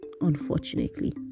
unfortunately